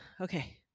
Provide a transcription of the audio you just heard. okay